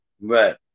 Right